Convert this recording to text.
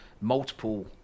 multiple